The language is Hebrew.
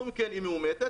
אומרים: היא מאומתת,